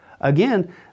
Again